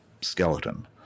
skeleton